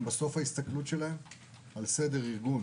ההסתכלות שלהם היא על סדר וארגון